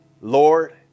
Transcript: Lord